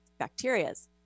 bacterias